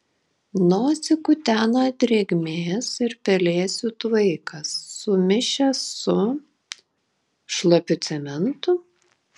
nosį kutena drėgmės ir pelėsių tvaikas sumišęs su šlapiu cementu